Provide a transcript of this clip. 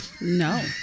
No